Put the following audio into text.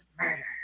murder